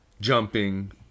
jumping